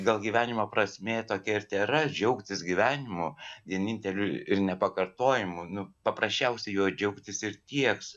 gal gyvenimo prasmė tokia ir tėra džiaugtis gyvenimu vieninteliu ir nepakartojamu nu paprasčiausiai juo džiaugtis ir tieks